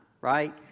right